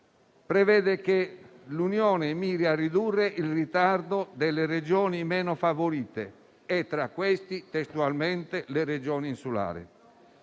prevede che l'Unione miri a ridurre il ritardo delle Regioni meno favorite e, tra di esse, testualmente, quelle insulari: